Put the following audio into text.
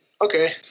okay